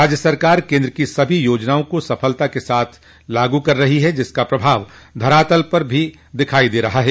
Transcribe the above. राज्य सरकार केन्द्र की सभी योजनाओं को सफलता के साथ लागू कर रही है जिसका प्रभाव धरातल पर भी दिख रहा है